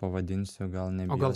pavadinsiu gal nebijos